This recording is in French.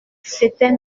c’était